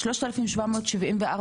3,774,